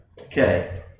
Okay